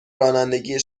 رانندگی